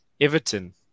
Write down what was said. Everton